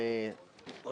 מתי הוא התחיל?